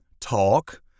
talk